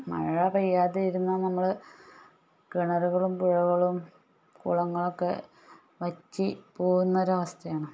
മഴ പെയ്യാതെ ഇരുന്നാൽ നമ്മൾ കെ കിണറുകളും പുഴകളും കുളങ്ങളുമൊ ക്കെ വറ്റി പോകുന്ന ഒരു അവസ്ഥയാണ്